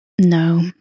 no